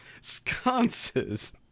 sconces